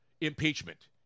impeachment